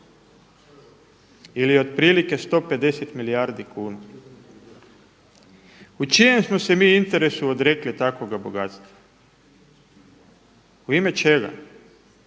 ili otprilike 150 milijardi kuna. U čijem smo se mi interesu odrekli takvoga bogatstva? U ime čega?